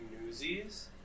newsies